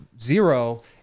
zero